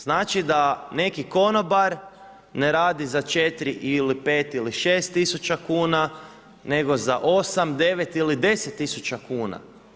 Znači da neki konobar, ne radi za 4 ili 5 ili 6 tisuća kuna, nego za 8, 9 ili 10 tisuća kuna.